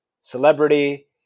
celebrity